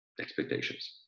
expectations